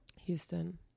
houston